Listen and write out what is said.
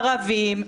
ערבים,